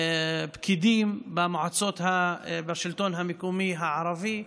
פקידים בשלטון המקומי הערבי.